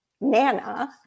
Nana